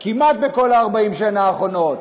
כמעט בכל 40 השנה האחרונות,